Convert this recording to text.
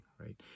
right